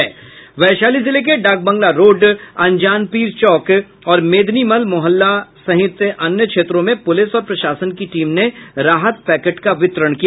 वैशाली जिले के डाक बंगला रोड अनजानपीर चौक और मेदनीमल मोहल्ला सहित अन्य क्षेत्रों में पुलिस और प्रशासन की टीम ने राहत पैकेट का वितरण किया